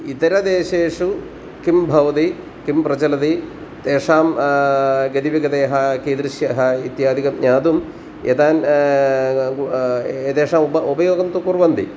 इतरदेशेषु किं भवति किं प्रचलति तेषां गतिविगतयः कीदृश्यः इत्यादिकं ज्ञातुं एतान् एतेषाम् उप उपयोगं तु कुर्वन्ति